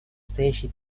стоящие